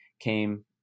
came